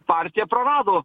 partija prarado